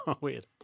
Weird